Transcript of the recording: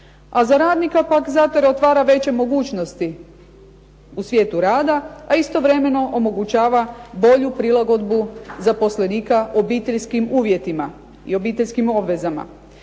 A za radnika pak zato jer otvara veće mogućnosti u svijetu rada, a istovremeno omogućava bolju prilagodbu zaposlenika obiteljskim uvjetima i obiteljskim obvezama.